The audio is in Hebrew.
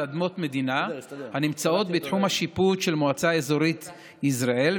אדמות מדינה הנמצאות בתחום השיפוט של מועצה אזורית יזרעאל,